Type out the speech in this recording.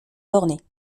bornée